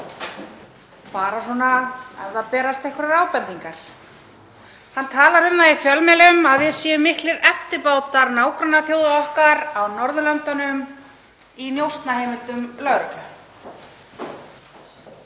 bara ef það berast einhverjar ábendingar. Hann talar um það í fjölmiðlum að við séum miklir eftirbátar nágrannaþjóða okkar á Norðurlöndunum í njósnaheimildum lögreglu.